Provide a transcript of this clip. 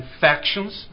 factions